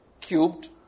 cubed